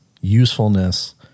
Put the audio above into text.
usefulness